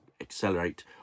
accelerate